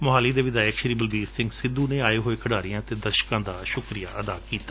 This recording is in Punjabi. ਮੋਹਾਲੀ ਦੇ ਵਿਧਾਇਕ ਸ੍ਰੀ ਬਲਬੀਰ ਸਿੰਘ ਸਿੱਧੁ ਨੇ ਆਏ ਹੋਏ ਖਿਡਾਰੀਆਂ ਅਤੇ ਦਰਸਕਾਂ ਦਾ ਸੁਕਰੀਆ ਅਦਾ ਕੀਤਾ